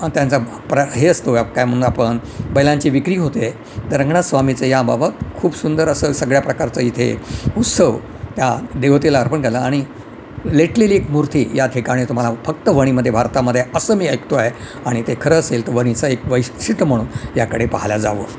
त्यांचा प्र हे असतो काय म्हणून आपण बैलांची विक्री होते तर रंगनाथ स्वामीचं या बाबत खूप सुंदर असं सगळ्या प्रकारचं इथे उत्सव त्या देवतेला अर्पण केलं आणि लेटलेली एक मूर्ती या ठिकाणी तुम्हाला फक्त वणीमध्ये भारतामध्ये असं मी ऐकतो आहे आणि ते खरं असेल तर वणीचं एक वैशिष्ट्य म्हणून याकडे पाहिले जावं